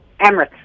Emirates